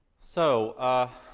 so, ah.